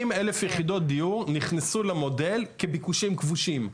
80,000 יחידות דיור נכנסו למודל כביקושים כבושים.